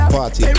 party